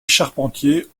charpentier